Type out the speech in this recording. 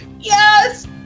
Yes